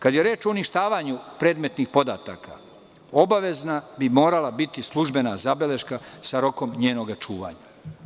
Kada je reč o uništavanju predmetnih podataka, morala bi biti obavezna službena zabeleška sa rokom njenog čuvanja.